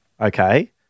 okay